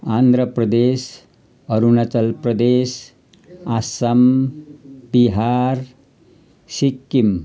Andhra Pradesh Arunachal Pradesh Assam Bihar Sikkim